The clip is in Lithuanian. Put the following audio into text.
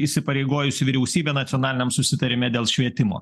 įsipareigojusi vyriausybė nacionaliniam susitarime dėl švietimo